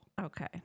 Okay